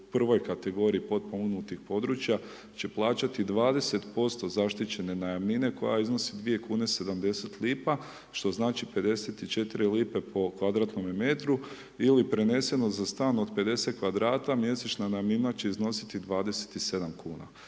u prvoj kategoriji potpomognutim područja će plaćati 20% zaštićene najamnine koja iznosi 2,70 kn, što znači 0,54 kn po m2 ili preneseno za stan od 50 m2 mjesečna najamnina će iznositi 27,00 kn.